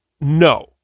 no